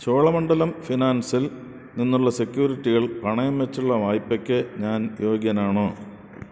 ചോളമണ്ഡലം ഫിനാൻസിൽ നിന്നുള്ള സെക്യൂരിറ്റികൾ പണയം വെച്ചുള്ള വായ്പയ്ക്ക് ഞാൻ യോഗ്യനാണോ